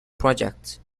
project